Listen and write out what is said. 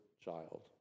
child